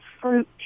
fruit